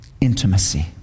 intimacy